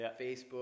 Facebook